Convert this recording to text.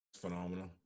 phenomenal